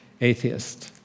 atheist